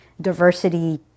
diversity